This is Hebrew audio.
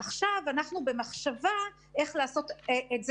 עכשיו אנחנו במחשבה איך לעשות את זה